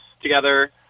together